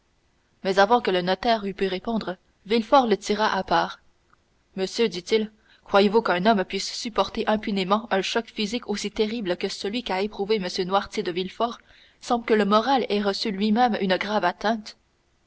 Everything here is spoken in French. mais avant que le notaire eût pu répondre villefort le tira à part monsieur dit-il croyez-vous qu'un homme puisse supporter impunément un choc physique aussi terrible que celui qu'a éprouvé m noirtier de villefort sans que le moral ait reçu lui-même une grave atteinte